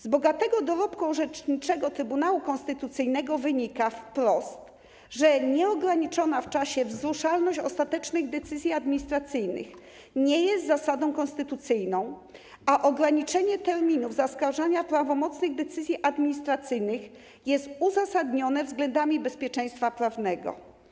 Z bogatego dorobku orzeczniczego Trybunału Konstytucyjnego wynika wprost, że nieograniczona w czasie wzruszalność ostatecznych decyzji administracyjnych nie jest zasadą konstytucyjną, a ograniczenie terminów zaskarżania prawomocnych decyzji administracyjnych jest uzasadnione względami bezpieczeństwa prawnego.